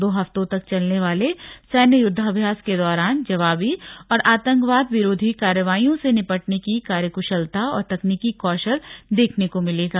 दो हफ्तों तक चलने वाले सैन्य युद्वाभ्यास के दौरान जवाबी और आतंकवाद विरोधी कार्रवाईयों से निपटने की कार्यकुशलता और तकनीकी कौशल देखने को मिलेगा